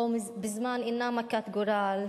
ובו בזמן אינה מכת גורל,